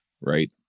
right